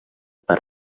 part